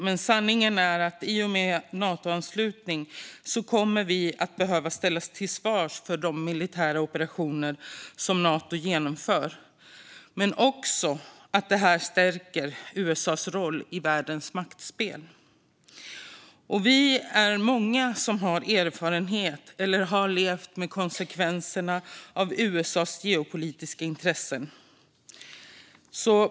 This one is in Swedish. Men sanningen är att i och med en Natoanslutning kommer vi att behöva ställas till svars för de militära operationer som Nato genomför men också för att detta stärker USA:s roll i världens maktspel. Vi är många som har erfarenhet av eller har levt med konsekvenserna av USA:s geopolitiska intressen.